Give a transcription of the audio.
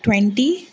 twenty